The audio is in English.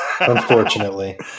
Unfortunately